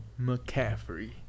McCaffrey